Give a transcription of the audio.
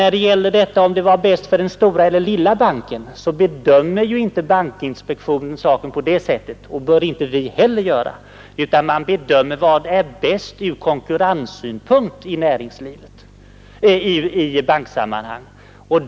När det gäller vad som är bäst för den stora eller den lilla banken, så bedömer ju inte bankinspektionen saken på det sättet, och det bör inte heller vi göra. Man bedömer vad som är bäst ur konkurrenssynpunkt i banksammanhang.